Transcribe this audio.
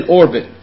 orbit